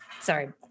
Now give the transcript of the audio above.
sorry